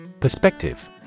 Perspective